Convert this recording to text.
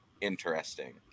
interesting